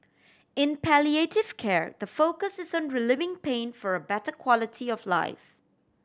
in palliative care the focus is on relieving pain for a better quality of life